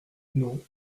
non